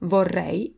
Vorrei